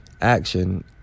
action